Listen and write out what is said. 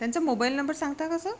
त्यांचा mobile number सांगता का सर